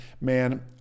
man